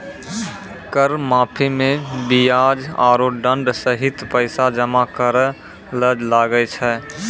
कर माफी मे बियाज आरो दंड सहित पैसा जमा करे ले लागै छै